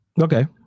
Okay